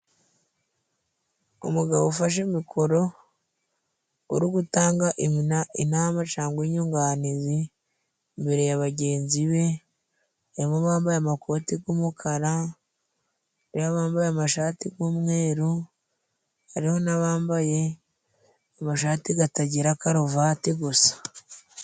Umugabo ufashe mikoro, uri gutanga inama cangwa inyunganizi imbere ya bagenzi be, hariho abambaye amakoti g'umukara, hariho n'abambaye amashati g'umweru, hariho n'abambaye amashati gatagira karuvati gusa.